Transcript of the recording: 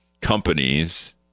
companies